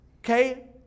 Okay